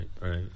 right